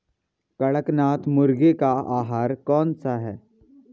कड़कनाथ मुर्गे का आहार कौन सा है?